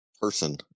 person